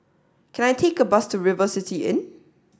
can I take a bus to River City Inn